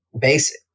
basic